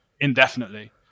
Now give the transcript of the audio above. indefinitely